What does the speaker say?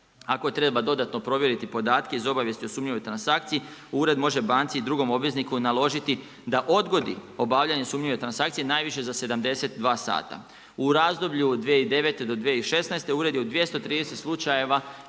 Ako treba dodatno provjeriti podatke iz obavijesti o sumnjivoj transakciji, ured može banci i drugom obvezniku naložiti da odgodi obavljanje sumnjive transakcije najviše za 72 sata. U razdoblju 2009. do 2016. ured je u 230 slučajeva